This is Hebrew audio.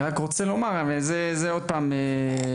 בנוגע להר הבית,